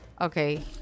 Okay